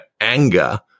anger